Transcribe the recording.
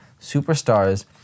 superstars